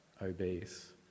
obese